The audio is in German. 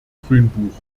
grünbuch